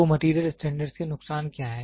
तो material standard के नुकसान क्या हैं